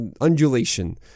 undulation